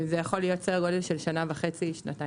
זה יכול להיות סדר גודל שנה וחצי או שנתיים.